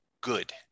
good